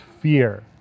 fear